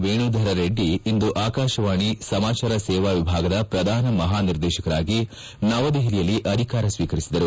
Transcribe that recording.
ವೇಣುಧರ್ ರೆಡ್ಡಿ ಇಂದು ಆಕಾಶವಾಣಿ ಸಮಾಚಾರ ಸೇವಾ ವಿಭಾಗದ ಪ್ರಧಾನ ಮಹಾನಿರ್ದೇಶಕರಾಗಿ ನವದೆಪಲಿಯಲ್ಲಿ ಅಧಿಕಾರ ಸ್ವೀಕರಿಸಿದರು